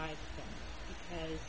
right and